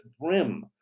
brim